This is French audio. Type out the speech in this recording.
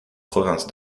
provinces